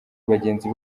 bagenzi